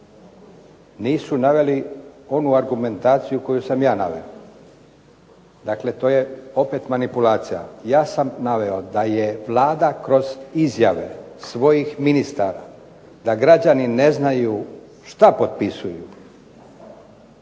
nisu naveli onu argumentaciju koju sam ja naveo. Dakle, to je opet manipulacija. Ja sam naveo da je Vlada kroz izjave svojih ministara da građani ne znaju što potpisuju